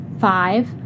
Five